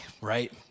right